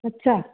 अच्छा